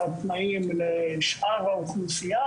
התנאים לשאר האוכלוסייה,